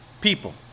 People